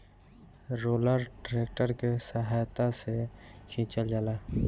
roller tractor के सहायता से खिचल जाला